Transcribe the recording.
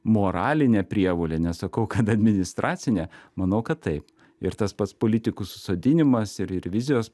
moralinė prievolė nesakau kad administracinė manau kad taip ir tas pats politikų susodinimas ir ir vizijos